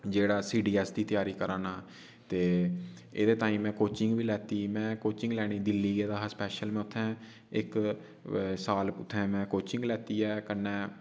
जेह्ड़ा C D S दी त्यारी करां ना ते एह्दे ताईं में कोचिंग लैत्ती में कोचिंग लैने दिल्ली गेदा हा स्पेशल में उत्थें इक साल उत्थें में कोचिंग लैत्ती ऐ कन्नै